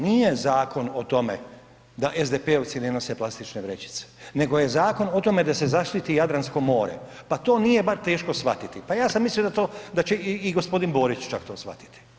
Nije zakon o tome da SDP-ovci ne nose plastične vrećice, nego je zakon o tome da se zaštiti Jadransko more, pa to nije bar teško shvatiti, pa ja sam mislio da će i g. Borić čak to shvatiti.